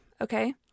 okay